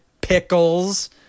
Pickles